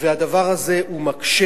והדבר הזה מקשה.